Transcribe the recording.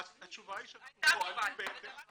התשובה היא שאנחנו פועלים בהתאם להנחיות.